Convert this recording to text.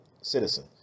citizen